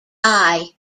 eye